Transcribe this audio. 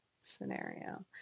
scenario